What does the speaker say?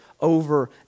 over